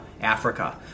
Africa